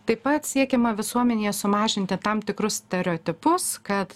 taip pat siekiama visuomenėje sumažinti tam tikrus stereotipus kad